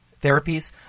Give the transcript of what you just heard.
therapies